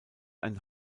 ein